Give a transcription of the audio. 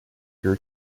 your